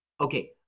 okay